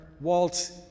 Walt